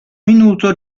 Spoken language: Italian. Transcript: minuto